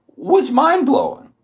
was mind blowing.